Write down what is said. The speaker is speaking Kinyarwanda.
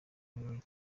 birori